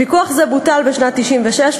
פיקוח זה בוטל בשנת 1996,